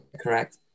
correct